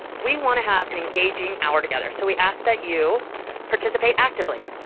we want to have an engaging hour together, so we ask that you participate actively,